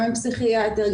גם מפסיכיאטר,